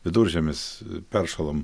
viduržiemis peršąlam